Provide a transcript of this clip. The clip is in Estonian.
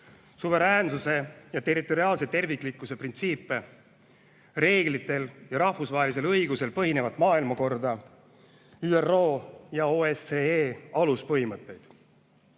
suveräänsuse ja territoriaalse terviklikkuse printsiipe, reeglitel ja rahvusvahelisel õigusel põhinevat maailmakorda, ÜRO ja OSCE aluspõhimõtteid. Eesti